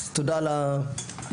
אז תודה על היוזמה.